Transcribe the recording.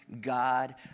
God